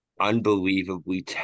unbelievably